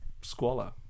squalor